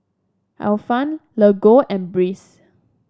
Ifan Lego and Breeze